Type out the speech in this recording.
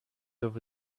over